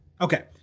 Okay